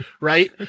Right